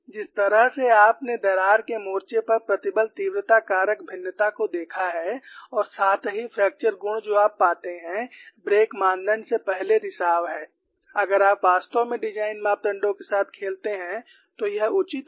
जिस तरह से आपने दरार के मोर्चे पर प्रतिबल तीव्रता कारक भिन्नता को देखा है और साथ ही फ्रैक्चर गुण जो आप पाते हैं ब्रेक मानदंड से पहले रिसाव है अगर आप वास्तव में डिजाइन मापदंडों के साथ खेलते हैं तो यह उचित है